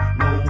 no